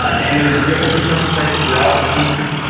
and there's different construction sites throughout the country.